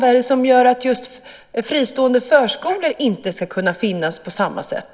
Vad är det som gör att just fristående förskolor inte ska kunna finnas på samma sätt?